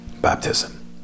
baptism